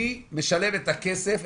מי משלם את הכסף,